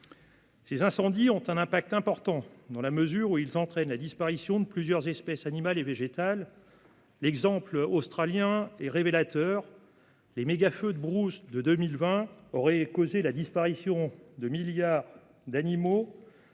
Ces incendies ont des conséquences importantes, dans la mesure où ils entraînent la disparition de plusieurs espèces animales et végétales. L'exemple australien est révélateur : les « mégafeux » de brousse de 2020 auraient causé la disparition de milliards d'animaux